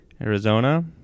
arizona